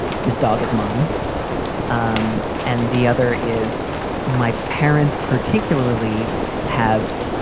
this dog is mine um and the other is my parents particularly have.